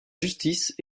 justice